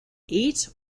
eight